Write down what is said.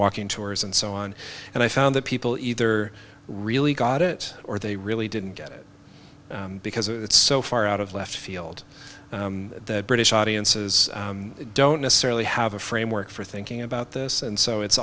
walking tours and so on and i found that people either really got it or they really didn't get it because it's so far out of left field that british audiences don't necessarily have a framework for thinking about this and so it's